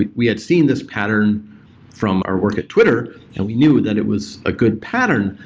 we we had seen this pattern from our work at twitter and we knew that it was a good pattern,